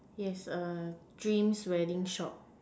yes err dreams wedding shop